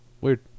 Weird